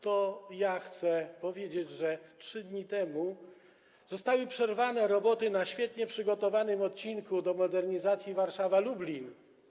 To ja chcę powiedzieć, że 3 dni temu zostały przerwane roboty na świetnie przygotowanym odcinku do modernizacji Warszawa - Lublin.